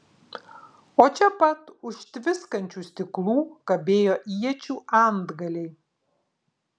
o čia pat už tviskančių stiklų kabėjo iečių antgaliai